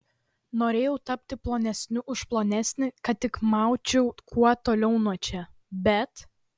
norėjau tapti plonesniu už plonesnį kad tik maučiau kuo toliau nuo čia bet